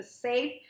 Safe